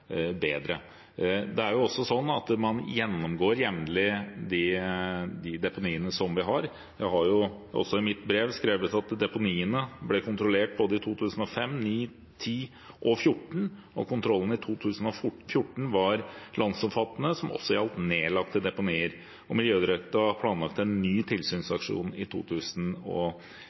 Man gjennomgår jevnlig de deponiene vi har. Jeg har i mitt brev til komiteen skrevet at deponiene ble kontrollert i både 2005, 2009, 2010 og 2014, kontrollen i 2014 var landsomfattende og gjaldt også nedlagte deponier, og Miljødirektoratet har planlagt en ny tilsynsaksjon i